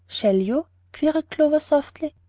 shall you? queried clover, softly.